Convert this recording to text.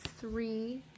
three